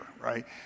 right